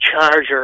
charger